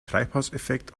treibhauseffekt